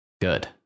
good